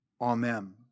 Amen